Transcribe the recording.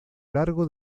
largo